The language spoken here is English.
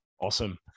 Awesome